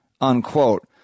unquote